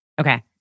Okay